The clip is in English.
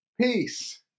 peace